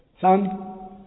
son